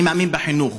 אני מאמין בחינוך,